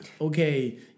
Okay